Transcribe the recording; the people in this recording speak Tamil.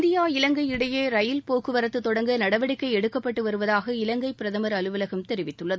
இந்தியா இலங்கை இடையே ரயில் போக்குவரத்து தொடங்க நடவடிக்கை எடுக்கப்பட்டு வருவதாக இலங்கை பிரதமர் அலுவலகம் தெரிவித்துள்ளது